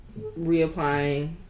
reapplying